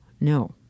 No